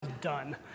done